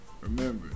Remember